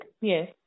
Yes